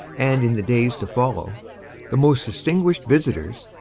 and in the days to follow the most distinguished visitors,